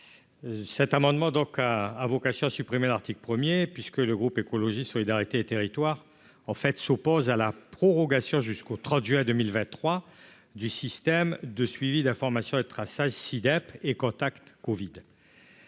Cet amendement a pour objet de supprimer l'article 1. Le groupe Écologiste - Solidarité et Territoires s'oppose à la prorogation jusqu'au 30 juin 2023 des systèmes de suivi d'information et de traçage SI-DEP et Contact Covid.